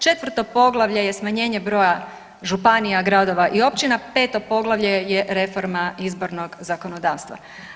Četvrto poglavlje je smanjenje broja županija, gradova i općina, peto poglavlje je reforma izbornog zakonodavstva.